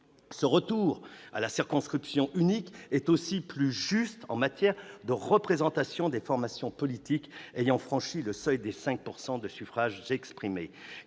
Ce retour à la circonscription unique est aussi plus juste en matière de représentation des formations politiques ayant franchi le seuil des 5 % des suffrages exprimés.